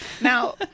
Now